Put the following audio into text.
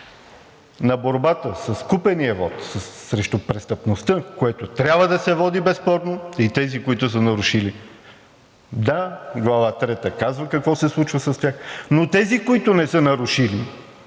на борбата с купения вот, срещу престъпността, която трябва да се води безспорно, и тези, които са нарушили – да, Глава трета казва какво се случва с тях, но тези, които не са нарушили